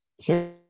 sure